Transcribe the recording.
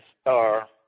star